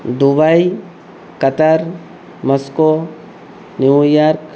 Dubai Qatar Moscow New York